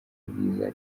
bwiza